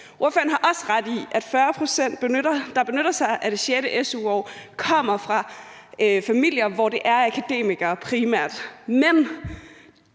Ordføreren har også ret i, at 40 pct., der benytter sig af det sjette su-år, kommer fra familier, hvor der primært